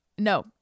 No